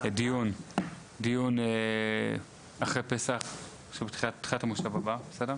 דיון אחרי פסח, בתחילת המושב הבא, בסדר?